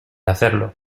hacerlo